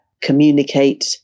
communicate